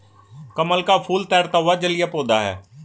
कमल का फूल तैरता हुआ जलीय पौधा है